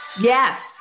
yes